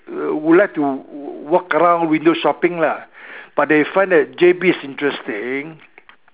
would like to walk around window shopping lah but they find that J_B is interesting